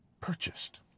purchased